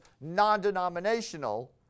non-denominational